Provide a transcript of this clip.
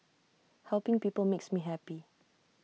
helping people makes me happy